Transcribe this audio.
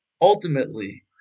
ultimately